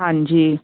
ਹਾਂਜੀ